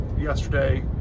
yesterday